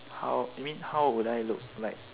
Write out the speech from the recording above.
how you mean how would I look like